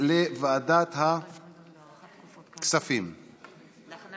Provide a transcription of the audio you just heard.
לוועדת הכספים להכנה